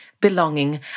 belonging